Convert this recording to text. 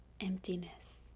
emptiness